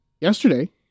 yesterday